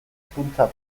hizkuntza